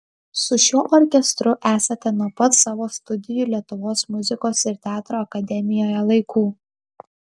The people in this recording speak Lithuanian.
su šiuo orkestru esate nuo pat savo studijų lietuvos muzikos ir teatro akademijoje laikų